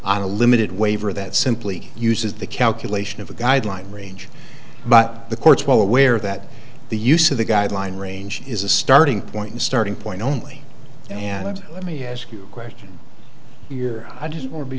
on a limited waiver that simply uses the calculation of a guideline range but the court's well aware that the use of the guideline range is a starting point a starting point only and let me ask you a question here i just